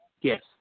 yes